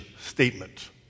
statement